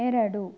ಎರಡು